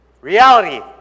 reality